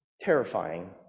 terrifying